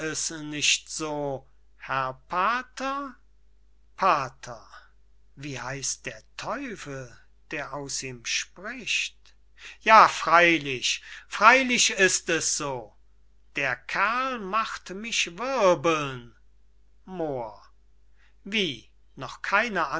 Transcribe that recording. nicht so herr pater pater wie heißt der teufel der aus ihm spricht ja freylich freylich ist es so der kerl macht mich wirbeln moor wie noch keine